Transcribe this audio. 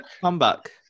comeback